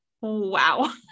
Wow